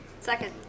Second